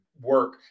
work